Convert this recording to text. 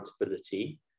accountability